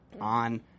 on